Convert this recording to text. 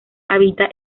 habita